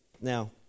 Now